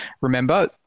Remember